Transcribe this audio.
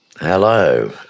Hello